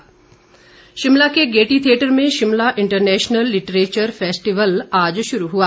lit fest Shimla के Gaiety theatre में Shimla international literature festival आज शुरू हुआ